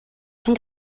pan